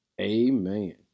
Amen